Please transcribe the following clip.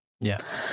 Yes